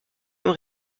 même